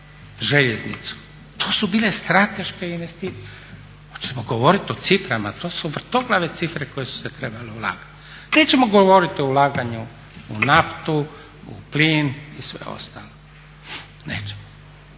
željeznicu. To su bile strateške investicije. Hoćemo govoriti o ciframa? To su vrtoglave cifre koje su se trebale ulagati. Nećemo govoriti o ulaganju u naftu, u plin i sve ostalo, nećemo.